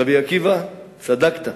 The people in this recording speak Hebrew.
רבי עקיבא, צדקת.